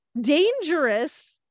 dangerous